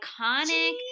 iconic